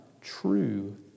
true